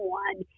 one